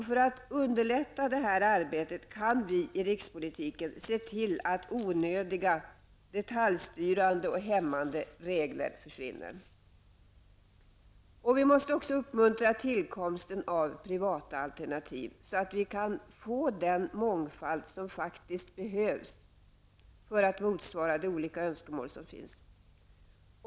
För att underlätta det arbetet kan vi i rikspolitiken se till att onödiga, detaljstyrande och hämmande regler försvinner. Vi måste också uppmuntra tillkomsten av privata alternativ så att vi kan få den mångfald som faktiskt behövs för att motsvara de olika önskemål som finns.